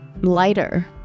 lighter